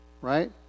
Right